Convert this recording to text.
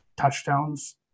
touchdowns